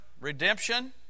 redemption